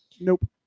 Nope